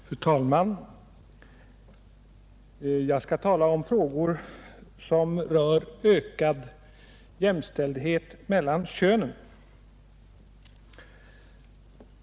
Fru talman! Jag skall tala om frågor som rör ökad jämställdhet mellan könen.